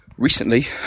Recently